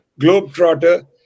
Globetrotter